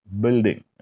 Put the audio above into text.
building